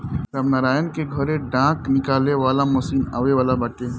रामनारायण के घरे डाँठ निकाले वाला मशीन आवे वाला बाटे